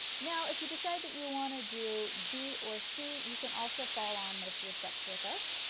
now if you decide that you want to do b or c you can also follow on most of the steps with us.